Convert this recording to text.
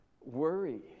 worry